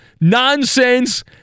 nonsense